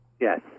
Yes